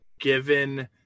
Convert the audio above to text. given